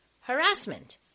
harassment